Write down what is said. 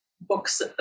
books